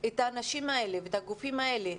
האנשים האלה והגופים האלה,